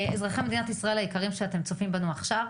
אזרחי מדינת היקרים שצופים בנו עכשיו,